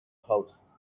house